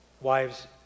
wives